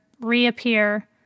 reappear